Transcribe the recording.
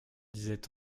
disait